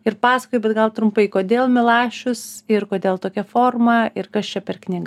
ir paskui bet gal trumpai kodėl milašius ir kodėl tokia forma ir kas čia per knyga